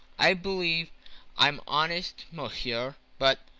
i believe i'm honest, monsieur, but,